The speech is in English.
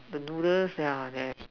the noodles yeah there's